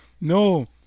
no